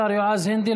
תודה, השר יועז הנדל.